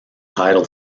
tidal